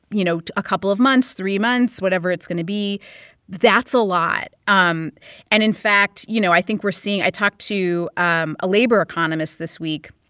you know, a couple of months, three months, whatever it's going to be that's a lot. um and, in fact, you know, i think we're seeing i talked to um a labor economist this week.